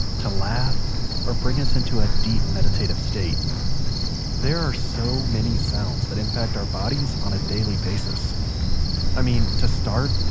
to laugh or bring us into a deep meditative state there are so many sounds that impact our bodies on a daily basis i mean to start,